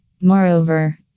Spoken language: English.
Moreover